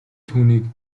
түүнийг